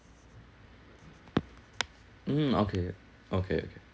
mm okay okay okay